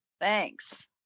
Thanks